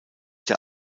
der